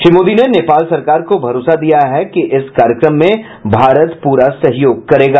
श्री मोदी ने नेपाल सरकार को भरोसा दिया है कि इस कार्यक्रम में भारत प्ररा सहयोग करेगा